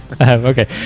Okay